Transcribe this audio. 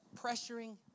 pressuring